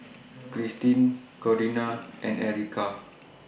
Krystin Corinna and Erykah